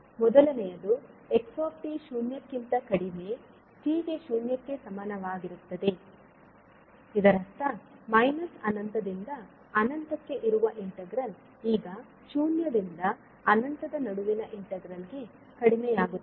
ಮೊದಲನೆಯದು x ಶೂನ್ಯಕ್ಕಿಂತ ಕಡಿಮೆ t ಗೆ ಶೂನ್ಯಕ್ಕೆ ಸಮಾನವಾಗಿರುತ್ತದೆ ಇದರರ್ಥ ಮೈನಸ್ ಅನಂತದಿಂದ ಅನಂತಕ್ಕೆ ಇರುವ ಇಂಟಿಗ್ರಲ್ ಈಗ ಶೂನ್ಯದಿಂದ ಅನಂತದ ನಡುವಿನ ಇಂಟಿಗ್ರಲ್ಗೆ ಕಡಿಮೆಯಾಗುತ್ತದೆ